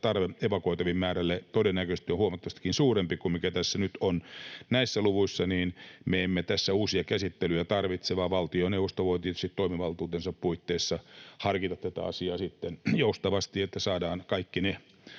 tarve evakuoitavien määrälle todennäköisesti on huomattavastikin suurempi kuin mikä tässä nyt on näissä luvuissa. Me emme tässä uusia käsittelyjä tarvitse, vaan valtioneuvosto voi tietysti toimivaltuutensa puitteissa harkita tätä asiaa sitten joustavasti, että saadaan kaikki ne